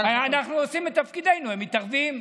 אנחנו עושים את תפקידנו, הם מתערבים.